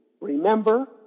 Remember